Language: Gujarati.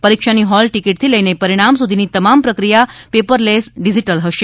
પરીક્ષાની હોલ ટિકિટથી લઇને પરિણામ સુધીની તમામ પ્રક્રિયા પેપરલેસ ડિજીટલ હશે